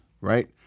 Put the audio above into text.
Right